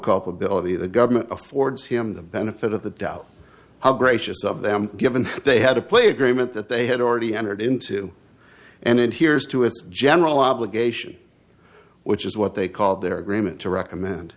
culpability the government affords him the benefit of the doubt how gracious of them given that they had to play agreement that they had already entered into and here's to a general obligation which is what they called their agreement to